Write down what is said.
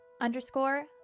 underscore